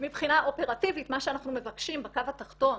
מבחינה אופרטיבית מה שאנחנו מבקשים בקו התחתון